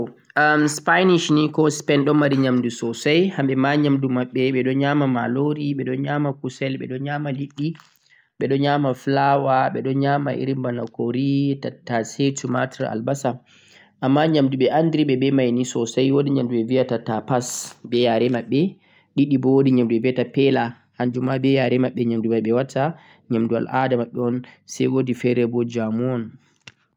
am spainish ni ko Spain ɗo mari nyamdu sosai hamɓe ma nyamdu maɓɓe ɓe ɗon nyama malori, ɓe ɗon nyama kusel, ɓe ɗon nyama liɗɗi, ɓe ɗon nyama flour, ɓe ɗon nyama irin bana curry, tattase, tumatir, albasa. Amma nyamdu ɓe andiri ɓe be mai ni sosai wo'di nyamdu ɓe viyata ta'pas be yare maɓɓe, ɗiɗi bo wo'di nyamdu ɓe viyata pe'la hanjum ma be yare maɓɓe nyamdu mai ɓe watta, nyamdu al'ada maɓɓe un sai wo'di fe're bo jamon.